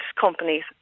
companies